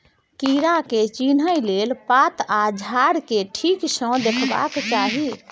कीड़ा के चिन्हे लेल पात आ झाड़ केँ ठीक सँ देखबाक चाहीं